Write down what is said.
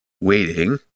waiting